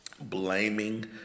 Blaming